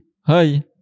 hi